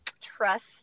trust